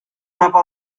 mapa